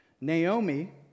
Naomi